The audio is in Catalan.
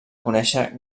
conèixer